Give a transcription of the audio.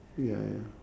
ya ya